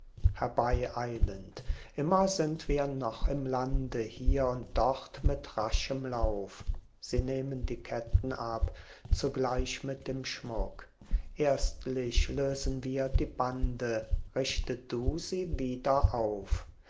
herbeieilend immer sind wir noch im lande hier und dort mit raschem lauf sie nehmen die ketten ab zugleich mit dem schmuck erstlich lösen wir die bande richte du sie wieder auf